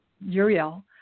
Uriel